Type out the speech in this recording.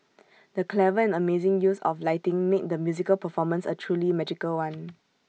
the clever and amazing use of lighting made the musical performance A truly magical one